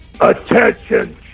Attention